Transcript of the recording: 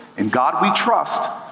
in god we trust,